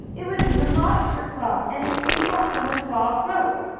it was in the lobster claw, and it came out when the claw broke.